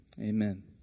amen